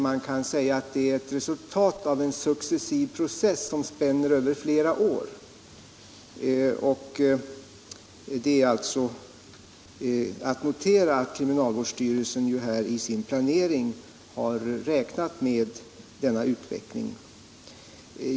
Man kan säga att det är ett resultat av en successiv process » som spänner över flera år. Det är alltså att notera att kriminalvårdsstyrelsen i sin planering har räknat med denna utveckling.